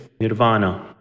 nirvana